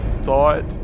thought